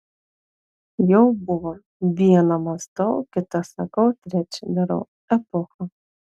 jau buvo viena mąstau kita sakau trečia darau epocha